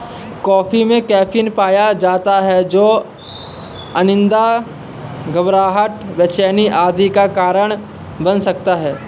coffee में caffeine पाया जाता है जो अनिद्रा, घबराहट, बेचैनी आदि का कारण बन सकता है